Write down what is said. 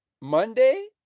Monday